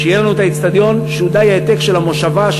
שיהיה לנו האיצטדיון שהוא די העתק של "המושבה",